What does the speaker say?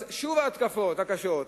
אז שוב ההתקפות הקשות,